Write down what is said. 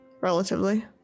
Relatively